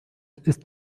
ist